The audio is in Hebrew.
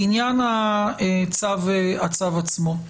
לעניין הצו עצמו.